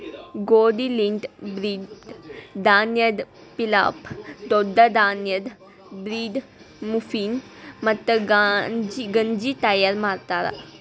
ಗೋದಿ ಲಿಂತ್ ಬ್ರೀಡ್, ಧಾನ್ಯದ್ ಪಿಲಾಫ್, ದೊಡ್ಡ ಧಾನ್ಯದ್ ಬ್ರೀಡ್, ಮಫಿನ್, ಮತ್ತ ಗಂಜಿ ತೈಯಾರ್ ಮಾಡ್ತಾರ್